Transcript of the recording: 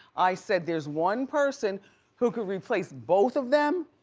i said there's one person who could replace both of them.